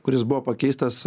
kuris buvo pakeistas